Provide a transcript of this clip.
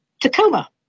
Tacoma